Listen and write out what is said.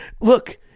look